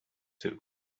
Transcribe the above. too